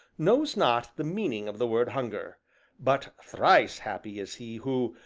knows not the meaning of the word hunger but thrice happy is he who,